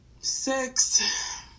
six